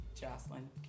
Jocelyn